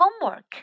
homework